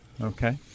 Okay